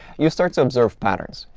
you start to observe patterns.